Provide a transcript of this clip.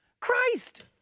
Christ